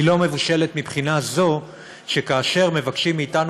היא לא מבושלת מבחינה זו שכאשר מבקשים מאתנו,